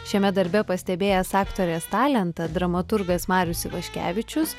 šiame darbe pastebėjęs aktorės talentą dramaturgas marius ivaškevičius